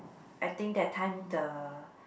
I think that time the